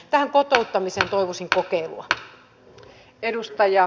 tähän kotouttamiseen toivoisin kokeilua